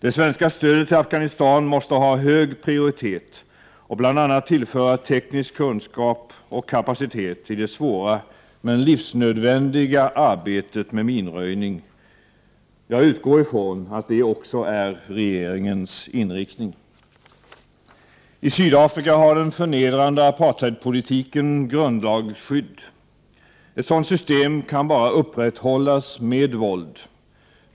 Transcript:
Det svenska stödet till Afghanistan måste ha hög prioritet och bl.a. tillföra teknisk kunskap och kapacitet i det svåra men livsnödvändiga arbetet med minröjning. Jag utgår ifrån att detta också är regeringens inriktning. I Sydafrika har den förnedrande apartheidpolitiken grundlagsskydd. Ett sådant system kan bara upprätthållas med våld.